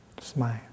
smile